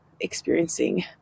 experiencing